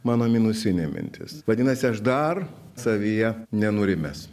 mano minusinė mintis vadinasi aš dar savyje nenurimęs